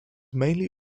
mainly